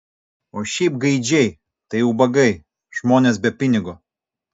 o šiaip gaidžiai tai ubagai žmonės be pinigo